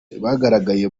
bagaragaye